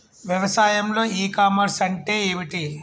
వ్యవసాయంలో e commerce అంటే ఏమిటి?